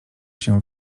się